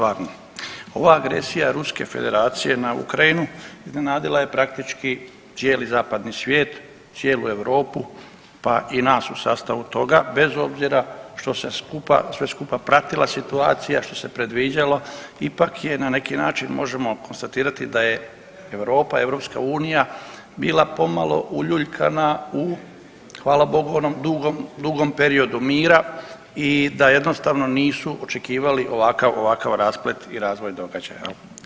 Ova agresija Ruske Federacije na Ukrajinu iznenadila je praktički cijeli zapadni svijet, cijelu Europu pa i nas u sastavu toga, bez obzira što se sve skupa pratila situacija, što se predviđalo ipak je na neki način možemo konstatirati da je Europa, EU bila pomalo uljuljkana u hvala Bogu onom dugom periodu mira i da jednostavno nisu očekivali ovakav rasplet i razvoj događaja jel.